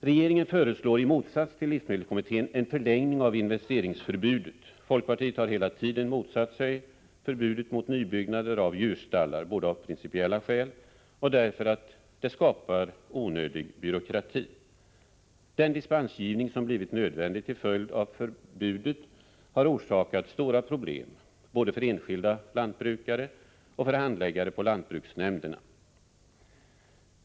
Regeringen föreslår, i motsats till livsmedelskommittén, en förlängning av investeringsförbudet. Folkpartiet har hela tiden motsatt sig förbudet mot nybyggnader av djurstallar, både av principiella skäl och därför att det skapar onödig byråkrati. Den dispensgivning som blivit nödvändig till följd av förbudet har orsakat stora problem både för enskilda lantbrukare och för handläggare på lantbruksnämnderna.